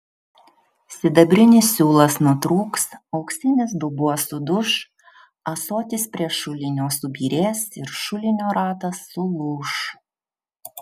sidabrinis siūlas nutrūks auksinis dubuo suduš ąsotis prie šulinio subyrės ir šulinio ratas sulūš